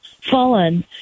fallen